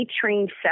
trained